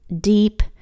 deep